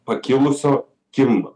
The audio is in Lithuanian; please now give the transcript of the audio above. pakilusio kimba